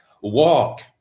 walk